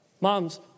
Moms